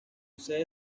sede